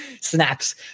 snaps